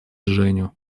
женю